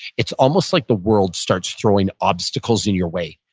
it's almost like the world starts throwing obstacles in your way.